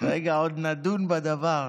רגע, עוד נדון בדבר.